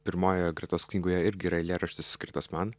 pirmojoje gretos knygoje irgi eilėraštis skirtas man